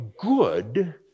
good